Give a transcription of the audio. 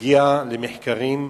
להגיע למחקרים,